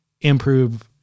improve